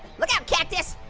look out, cactus!